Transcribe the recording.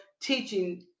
teaching